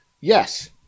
Yes